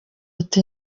ati